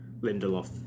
Lindelof